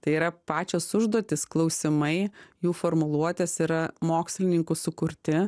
tai yra pačios užduotys klausimai jų formuluotės yra mokslininkų sukurti